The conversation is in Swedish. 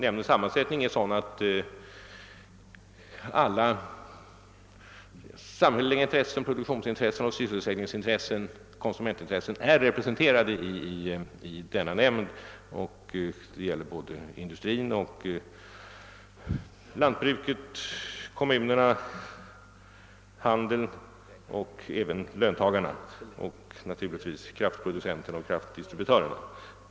Nämndens sammansättning är också sådan att alla samhälleliga intressen — produktionsintressen, sysselsättningsintressen och konsumentintressen — är representerade. Industrin, lantbruket, kommunerna, handeln, löntagarna och naturligtvis kraftproducenterna och kraftdistributörerna är alltså företrädda där.